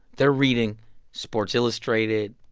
they're reading sports illustrated,